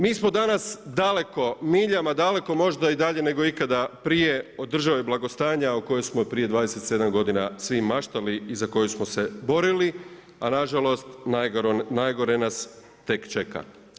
Mi smo danas daleko, miljama daleko možda i dalje nego ikada prije od države blagostanja o kojoj smo prije 27 godina svi maštali i za koju smo se borili a nažalost, najgore nas tek čeka.